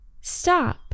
stop